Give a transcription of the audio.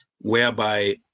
whereby